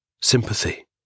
Sympathy